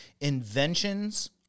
inventions